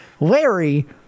larry